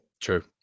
True